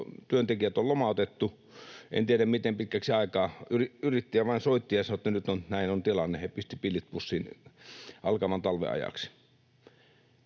työntekijät on lomautettu, en tiedä miten pitkäksi aikaa. Yrittäjä vain soitti ja sanoi, että nyt näin on tilanne ja pisti pillit pussiin alkavan talven ajaksi.